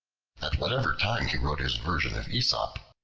at whatever time he wrote his version of aesop,